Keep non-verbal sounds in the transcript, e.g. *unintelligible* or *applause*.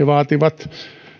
*unintelligible* vaativat